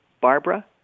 Barbara